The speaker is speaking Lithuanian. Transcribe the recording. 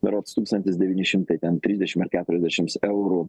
berods tūkstantis devyni šimtai ten trisdešim ar keturiasdešimt eurų